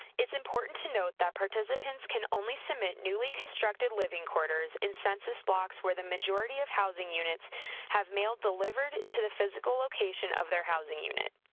it's important to note that participants can only submit newly constructed living quarters in census blocks where the majority of housing units have mail delivered to the physical location of their housing unit.